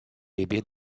bebê